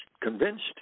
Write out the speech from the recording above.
convinced